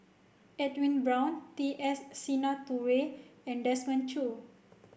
Edwin Brown T S Sinnathuray and Desmond Choo